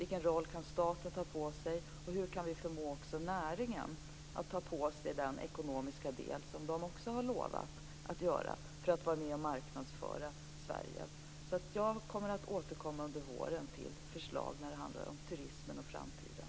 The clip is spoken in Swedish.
Vilken roll kan staten ta på sig, och hur kan vi förmå också näringen att ta på sig den ekonomiska del som man har lovat att göra för att vara med och marknadsföra Sverige? Jag kommer att återkomma under våren till förslag när det handlar om turismen och framtiden.